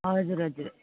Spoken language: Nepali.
हजुर हजुर